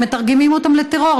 הם מתרגמים אותם לטרור,